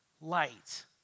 light